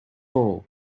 haul